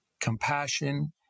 compassion